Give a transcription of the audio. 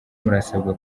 murasabwa